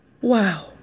Wow